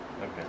Okay